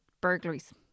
burglaries